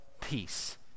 peace